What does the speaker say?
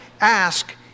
ask